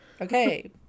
okay